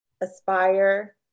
aspire